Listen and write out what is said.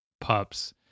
pups